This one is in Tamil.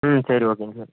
ம் சரி ஓகேங்க சார்